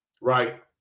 Right